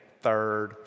third